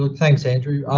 so thanks andrew.